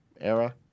era